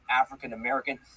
African-American